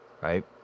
right